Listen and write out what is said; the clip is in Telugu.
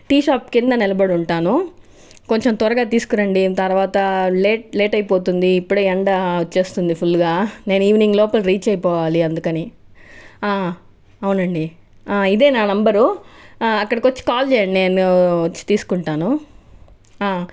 టీ షాప్ కింద నిలబడి ఉంటాను కొంచెం త్వరగా తీసుకురండి తర్వాత లేట్ లేట్ అయిపోతుంది ఇప్పుడే ఎండ వచ్చేస్తుంది ఫుల్గా నేను ఈవెనింగ్ లోపల రీచ్ అయిపోవాలి అందుకని అవునండి ఇదే నా నంబరు అక్కడికి వచ్చి కాల్ చేయండి నేను వచ్చి తీసుకుంటాను